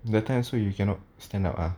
that time also you cannot stand up ah